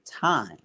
time